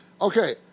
Okay